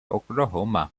oklahoma